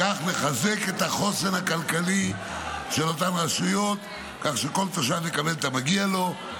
וכך לחזק את החוסן הכלכלי של אותן רשויות כך שכל תושב יקבל את המגיע לו,